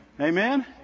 Amen